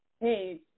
Hey